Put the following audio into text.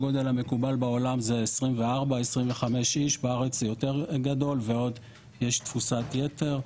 הגודל המקובל בעולם זה 24-25 בארץ זה יותר גדול ועוד יש תפוסת יתר.